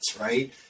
right